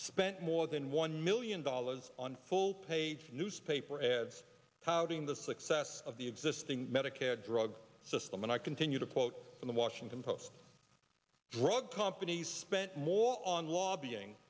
spent more than one million dollars on full page newspaper ads pouting the success of the existing medicare drug system and i continue to quote in the washington post drug companies spent more on l